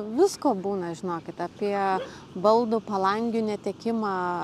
visko būna žinokit apie baldų palangių netekimą